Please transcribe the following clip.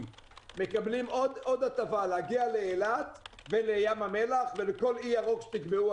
מקבלים עוד הטבה להגיע לאילת ולים המלח ולכל אי ירוק שתקבעו,